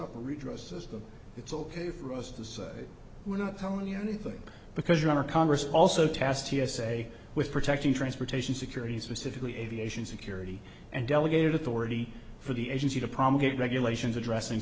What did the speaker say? up a redress system it's ok for us to say we're not telling you anything because you're our congress also tast t s a with protecting transportation security specifically aviation security and delegated authority for the agency to promulgated regulations addressing